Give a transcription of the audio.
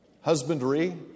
husbandry